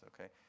Okay